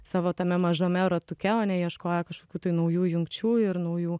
savo tame mažame ratuke o ne ieškoję kažkokių tai naujų jungčių ir naujų